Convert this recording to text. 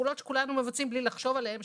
פעולות שכולנו מבצעות בלי לחשוב עליהן,